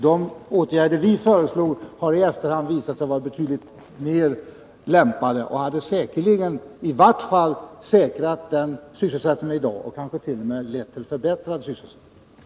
De åtgärder vi föreslog har i efterhand visat sig vara betydligt mer lämpade och hade säkerligen tryggat sysselsättningen i dag och kanske t.o.m. lett till förbättrad sysselsättning.